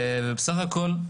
בסך הכל,